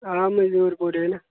हां मजदूर पूरे न